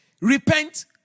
repent